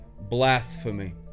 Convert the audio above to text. blasphemy